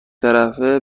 طرفه